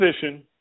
position